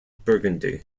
burgundy